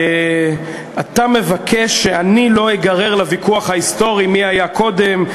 אתה מבקש שאני לא אגרר לוויכוח ההיסטורי מי היה קודם,